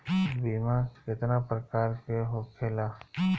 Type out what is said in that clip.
बीमा केतना प्रकार के होखे ला?